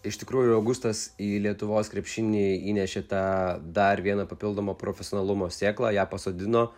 iš tikrųjų augustas į lietuvos krepšinį įnešė tą dar vieną papildomą profesionalumo sėklą ją pasodino